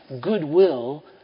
goodwill